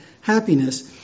happiness